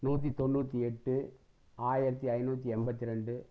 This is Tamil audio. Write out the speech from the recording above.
நூற்றி தொண்ணூற்றி எட்டு ஆயிரத்து ஐநூற்றி எண்பத்தி ரெண்டு